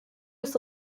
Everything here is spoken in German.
des